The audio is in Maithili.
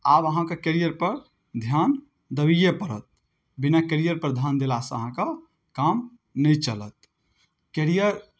आब अहाँके कैरियरपर ध्यान देबैए पड़त बिना कैरियरपर ध्यान देलासँ अहाँके काम नहि चलत कैरियर